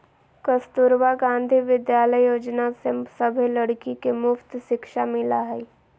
कस्तूरबा गांधी विद्यालय योजना से सभे लड़की के मुफ्त शिक्षा मिला हई